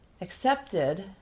accepted